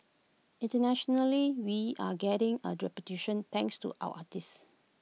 internationally we're getting A reputation thanks to our artists